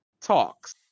talks